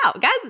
guys